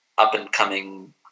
up-and-coming